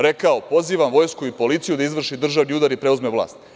Rekao je – pozivam vojsku i policiju da izvrši državni udar i preuzme vlast.